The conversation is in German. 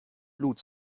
blut